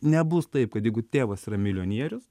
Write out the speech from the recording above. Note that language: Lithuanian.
nebus taip kad jeigu tėvas yra milijonierius